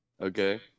Okay